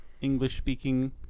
English-speaking